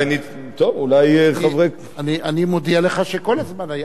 טוב, אולי חברי, אני מודיע לך שכל הזמן היה.